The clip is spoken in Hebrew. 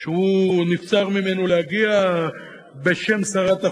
הוא איננו מביא בחשבון התפתחות,